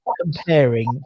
comparing